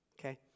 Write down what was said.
Okay